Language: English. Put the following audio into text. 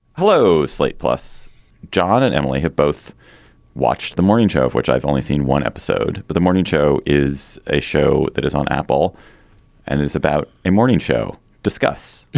hello. slate plus john and emily have both watched the morning show, which i've only seen one episode, but the morning show is a show that is on apple and there's about a morning show discuss